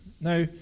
Now